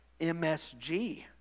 MSG